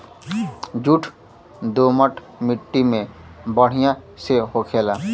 jute दोमट मट्टी में बढ़िया से होखेला